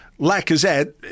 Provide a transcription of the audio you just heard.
Lacazette